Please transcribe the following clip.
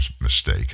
mistake